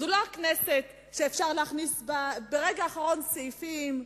שאפשר להכניס לה ברגע האחרון סעיפים,